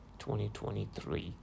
2023